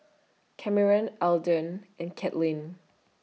Cameron Eldon and Kaitlynn